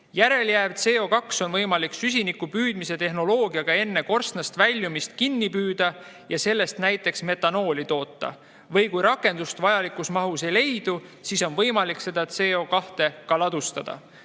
Järele jääv CO2on võimalik süsiniku püüdmise tehnoloogiatega enne korstnast väljumist kinni püüda ja sellest näiteks metanooli toota või kui rakendust vajalikus mahus ei leidu, siis on võimalik seda CO2ka ladustada.